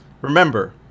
remember